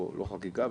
לא חקיקה,